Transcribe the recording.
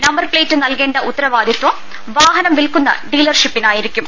number plate നൽകേണ്ട ഉത്തരവാദിത്വം വാഹനം വിൽക്കുന്ന ഡീലർഷിപ്പിനായിരിക്കും